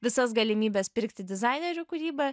visas galimybes pirkti dizainerių kūrybą